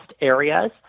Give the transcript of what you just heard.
areas